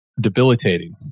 debilitating